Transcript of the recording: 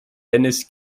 dennis